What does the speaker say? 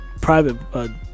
private